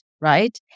right